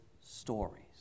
stories